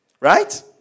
Right